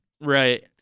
Right